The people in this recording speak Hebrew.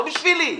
לא בשבילי.